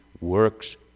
works